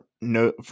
no